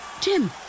Jim